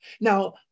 Now